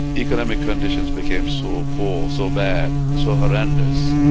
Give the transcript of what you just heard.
economic conditions became so ah poor, so bad, so horrendous,